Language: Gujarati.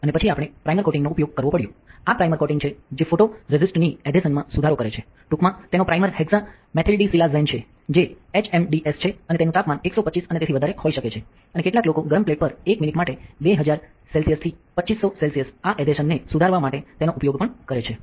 અને પછી આપણે પ્રાઇમર કોટિંગનો ઉપયોગ કરવો પડ્યો આ પ્રાઇમર કોટિંગ છે જે ફો ફોટોરેસિસ્ટ ની એધેસન માં સુધારો કરે છે ટૂંકમાં તેનો પ્રાઇમર હેક્સામેથિલ્ડિસિલાઝેન છે જે એચએમડીએસ છે અને તેનું તાપમાન 125 અને તેથી વધારે હોઈ શકે છે અને કેટલાક લોકો ગરમ પ્લેટ પર 1 મિનિટ માટે 2000 C થી 2500 C આ એધેસન ને સુધારવા માટે તેનો ઉપયોગ પણ કરે છે